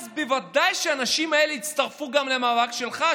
אז בוודאי שהאנשים האלה יצטרפו גם למאבק שלך,